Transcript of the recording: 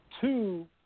two